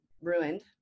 ruined